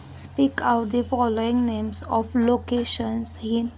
speak out the following names of locations in